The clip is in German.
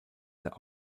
der